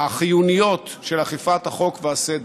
החיוניות של אכיפת החוק והסדר,